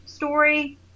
Story